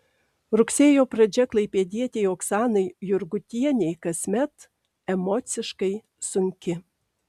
rugsėjo pradžia klaipėdietei oksanai jurgutienei kasmet emociškai sunki